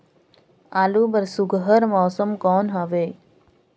आलू बर सुघ्घर मौसम कौन हवे?